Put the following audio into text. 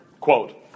Quote